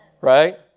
Right